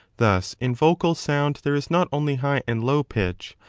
thus in vocal sound there is not only high and low pitch,